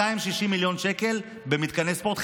260 מיליון שקל במתקני ספורט.